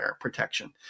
protection